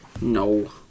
No